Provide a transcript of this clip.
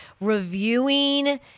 reviewing